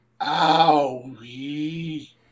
owie